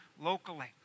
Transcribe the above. locally